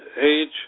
age